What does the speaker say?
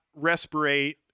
respirate